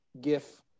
gif